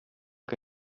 que